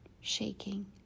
shaking